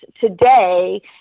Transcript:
today